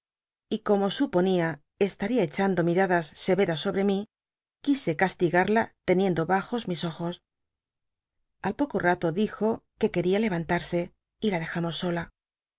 y como suponia estaria hechando miradas severas sobre mi quise castigarla teniendo bajos mis ojos a poco rato dijo que quería levantarse y la dejamos sola